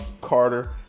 Carter